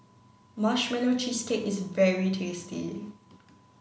marshmallow cheesecake is very tasty